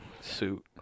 suit